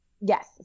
Yes